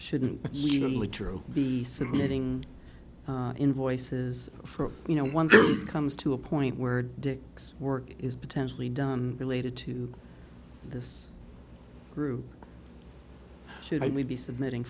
shouldn't really true be submitting invoices for you no one comes to a point where dick's work is potentially done related to this group should we be submitting